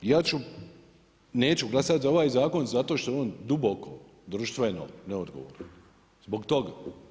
Ja neću glasati za ovaj zakon zato što je on duboko društveno neodgovoran, zbog toga.